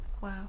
wow